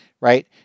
right